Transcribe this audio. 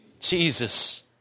Jesus